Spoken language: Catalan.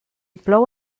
plou